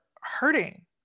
hurting